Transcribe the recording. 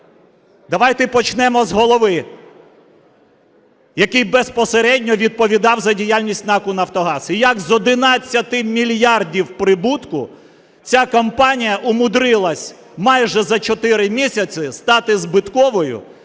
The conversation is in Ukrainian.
давайте почнемо з голови, який безпосередньо відповідав за діяльність НАК "Нафтогаз". І як з 11 мільярдів прибутку ця компанія умудрилась майже за чотири місяці стати збитковою